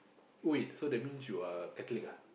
wait so that means you are catholic ah